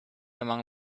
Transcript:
among